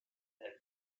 their